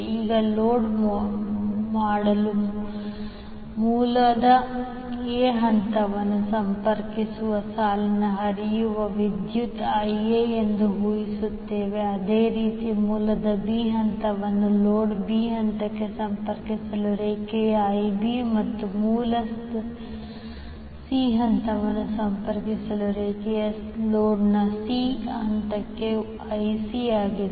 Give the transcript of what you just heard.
ಈಗ ಲೋಡ್ ಮಾಡಲು ಮೂಲದ A ಹಂತವನ್ನು ಸಂಪರ್ಕಿಸುವ ಸಾಲಿನಲ್ಲಿ ಹರಿಯುವ ವಿದ್ಯುತ್ Ia ಎಂದು ಊಹಿಸುತ್ತವೆ ಅದೇ ರೀತಿ ಮೂಲದ B ಹಂತವನ್ನು ಲೋಡ್ನ B ಹಂತಕ್ಕೆ ಸಂಪರ್ಕಿಸುವ ರೇಖೆಯು Ib ಮತ್ತು ಮೂಲದ C ಹಂತವನ್ನು ಸಂಪರ್ಕಿಸುವ ರೇಖೆ ಲೋಡ್ನ C ಹಂತಕ್ಕೆ Ic ಆಗಿದೆ